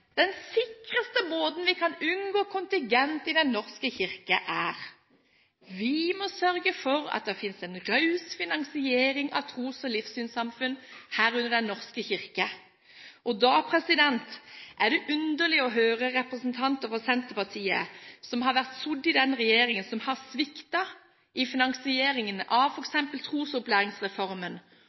Den sikreste måten vi kan unngå kontingent i Den norske kirke på, er å sørge for at det finnes en raus finansiering av tros- og livssynssamfunn, herunder Den norske kirke. Da er det underlig å høre representanter fra Senterpartiet, som har sittet i denne regjeringen, og som har sviktet når det gjelder finansieringen av f.eks. trosopplæringsreformen,